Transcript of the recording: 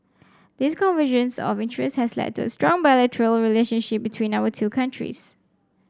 this convergence of interest has led to strong bilateral relationship between our two countries